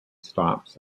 stops